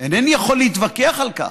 אינני יכול להתווכח על כך.